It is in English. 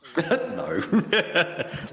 No